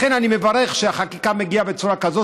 לכן אני מברך על כך שהחקיקה מגיעה בצורה כזו,